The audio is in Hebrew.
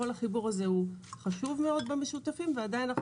כל החיבור הזה הוא חשוב מאוד ועדיין אנחנו